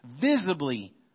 Visibly